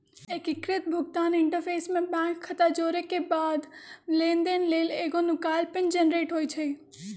एकीकृत भुगतान इंटरफ़ेस में बैंक खता जोरेके बाद लेनदेन लेल एगो नुकाएल पिन जनरेट होइ छइ